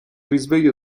risveglio